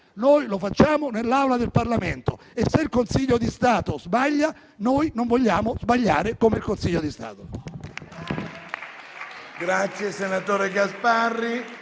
Noi lo facciamo nell'Aula del Parlamento e, se il Consiglio di Stato sbaglia, noi non vogliamo sbagliare come il Consiglio di Stato.